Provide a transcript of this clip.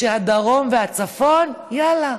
שהדרום והצפון, יאללה,